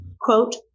quote